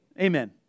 Amen